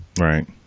Right